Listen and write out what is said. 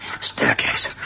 Staircase